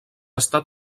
estat